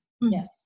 yes